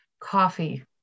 coffee